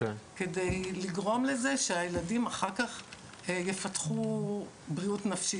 על מנת לגרום לזה שהילדים אחר כך יפתחו בריאות נפשית,